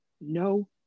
no